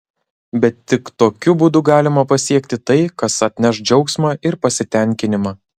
bet tik tokiu būdu galima pasiekti tai kas atneš džiaugsmą ir pasitenkinimą